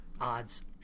Odds